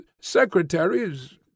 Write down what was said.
secretaries